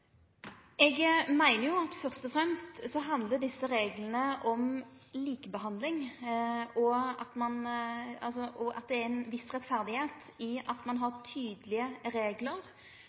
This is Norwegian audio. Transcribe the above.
Eg meiner at først og fremst handlar desse reglane om likebehandling, og det er ei viss rettferd i at ein har tydelege reglar,